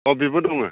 औ बिबो दङो